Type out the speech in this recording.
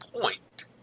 point